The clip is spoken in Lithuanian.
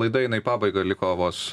laidai eina į pabaigą liko vos